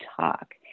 talk